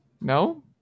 no